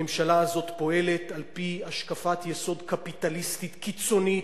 הממשלה הזאת פועלת על-פי השקפת יסוד קפיטליסטית קיצונית,